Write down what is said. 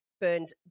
Burns